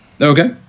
okay